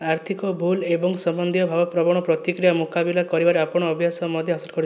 ଆର୍ଥିକ ଭୁଲ ଏବଂ ସମ୍ବନ୍ଧୀୟ ଭାବପ୍ରବଣ ପ୍ରତିକ୍ରିୟା ମୁକାବିଲା କରିବାରେ ଆପଣ ଅଭ୍ୟାସ ମଧ୍ୟ ହାସଲ କରିଥିଲେ